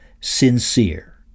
Sincere